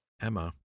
Emma